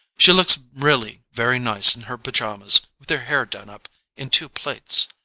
she looks really very nice in her pyjamas with her hair done up in two plaits.